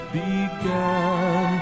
began